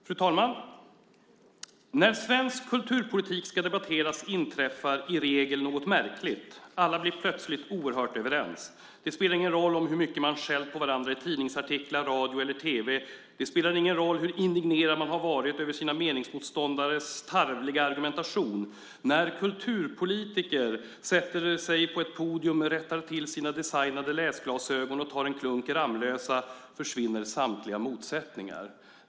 Fru talman! "När svensk kulturpolitik ska debatteras inträffar i regel något märkligt. Alla blir plötsligt oerhört överens. Det spelar ingen roll hur mycket man skällt på varandra i tidningsartiklar radio eller tv. Det spelar ingen roll hur indignerad man har varit över sina meningsmotståndares tarvliga argumentation. När kulturpolitiker sätter sig på ett podium, rättar till sina designade läsglasögon och tar en klunk Ramlösa försvinner samtliga motsättningar."